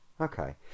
Okay